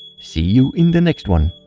see you in the next one!